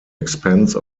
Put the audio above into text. expense